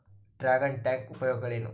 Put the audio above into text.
Dragon tank ಉಪಯೋಗಗಳೇನು?